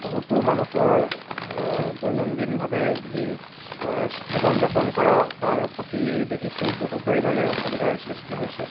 বহুতো মানুহৰ দৈনন্দিনভাৱে যি জীৱন যাপন কৰা তাৰ প্ৰতি দেখিছোঁ বহু পৰিমাণে অসুবিধাৰ সৃষ্টি হৈছে